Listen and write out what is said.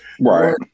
Right